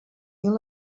mil